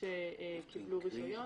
שקיבלו רישיון.